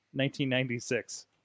1996